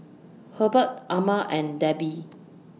Hubbard Amma and Debbi